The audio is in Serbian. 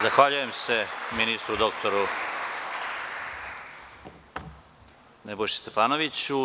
Zahvaljujem se ministru, doktoru Nebojši Stefanoviću.